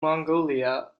mongolia